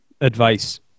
advice